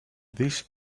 this